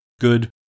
good